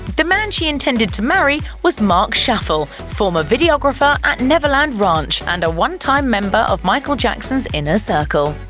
the man she intended to marry was marc schaffel, former videographer at neverland ranch and a one-time member of michael jackson's inner circle.